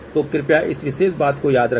तो कृपया इस विशेष बात को याद रखें